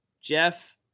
Jeff